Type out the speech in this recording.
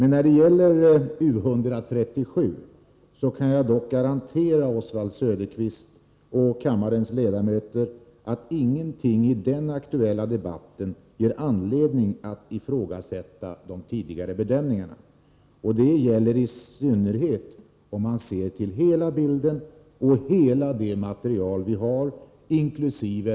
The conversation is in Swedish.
När det gäller U 137 kan jag dock garantera Oswald Söderqvist och kammarens övriga ledamöter att ingenting i den aktuella debatten ger oss anledning att ifrågasätta de tidigare bedömningarna. Detta gäller i synnerhet om man ser till hela bilden och hela det material vi har inkl.